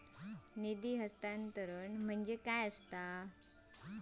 निधी हस्तांतरण म्हटल्या काय?